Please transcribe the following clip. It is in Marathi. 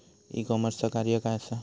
ई कॉमर्सचा कार्य काय असा?